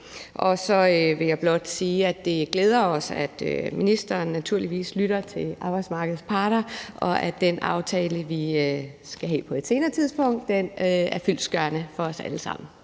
Så vil jeg blot sige, at det glæder os, at ministeren naturligvis lytter til arbejdsmarkedets parter, og at den aftale, vi skal have på et senere tidspunkt, er fyldestgørende for os alle sammen.